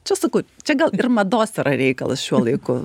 čia sakau čia gal ir mados yra reikalas šiuo laiku